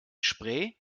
spray